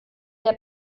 der